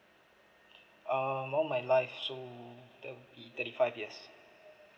um all my life so that will be thirty five years